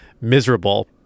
miserable